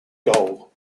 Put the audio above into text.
goal